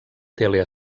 tele